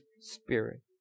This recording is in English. spirit